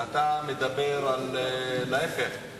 ואתה מדבר להיפך,